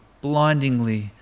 blindingly